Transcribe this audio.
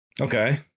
Okay